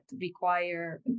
require